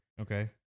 Okay